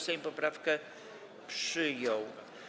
Sejm poprawkę przyjął.